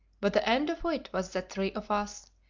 but the end of it was that three of us,